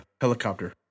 helicopter